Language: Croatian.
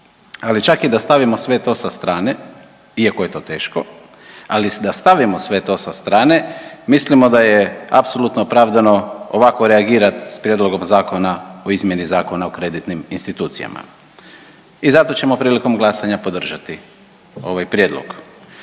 Ali čak i da stavimo sve to sa strane iako je to teško, ali da stavimo sve to sa strane mislimo da je apsolutno opravdano ovakvo reagirat s Prijedlogom zakona o izmjeni Zakona o kreditnim institucijama i zato ćemo prilikom glasanja podržati ovaj prijedlog,